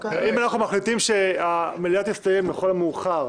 אם אנחנו מחליטים שהמליאה תסתיים לכל המאוחר